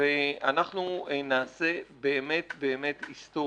ואנחנו נעשה באמת באמת היסטוריה,